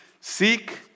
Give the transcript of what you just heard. Seek